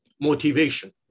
motivation